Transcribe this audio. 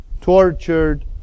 tortured